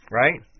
right